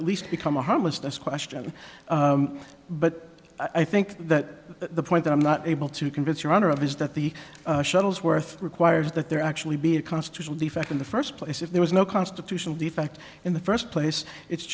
at least become a homelessness question but i think that the point that i'm not able to convince your honor of is that the shuttlesworth requires that there actually be a constitutional defect in the first place if there was no constitutional defect in the first place it's